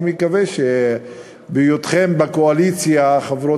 אני מקווה שבהיותכן בקואליציה, חברות